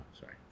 Sorry